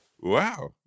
Wow